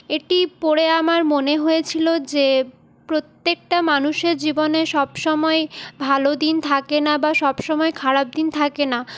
এটি পড়ে আমার মনে হয়েছিলো যে প্রত্যেকটা মানুষের জীবনে সব সময় ভালো দিন থাকে না বা সব সময় খারাপ দিন থাকে না